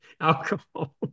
alcohol